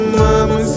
mama